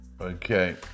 Okay